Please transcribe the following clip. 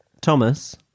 Thomas